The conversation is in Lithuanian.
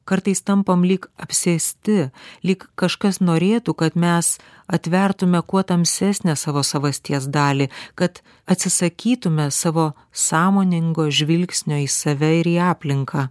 kartais tampam lyg apsėsti lyg kažkas norėtų kad mes atvertume kuo tamsesnę savo savasties dalį kad atsisakytume savo sąmoningo žvilgsnio į save ir į aplinką